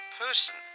person